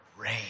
rain